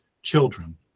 children